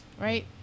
right